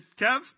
Kev